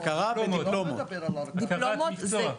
הכרת מקצוע.